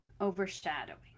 overshadowing